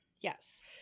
Yes